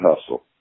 hustle